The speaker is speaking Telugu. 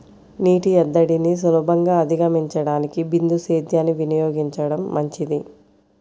నీటి ఎద్దడిని సులభంగా అధిగమించడానికి బిందు సేద్యాన్ని వినియోగించడం మంచిది